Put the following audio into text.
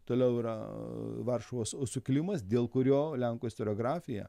toliau yra varšuvos u sukilimas dėl kurio lenkų istoriografija